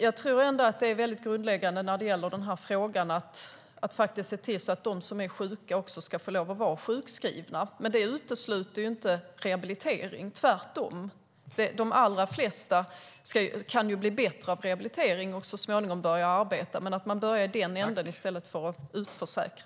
Jag tror alltså att det är grundläggande när det gäller den här frågan att se till att de som är sjuka också får lov att vara sjukskrivna. Det utesluter inte rehabilitering - tvärtom. De allra flesta kan bli bättre av rehabilitering och så småningom börja arbeta. Men man borde börja i den änden i stället för att utförsäkra.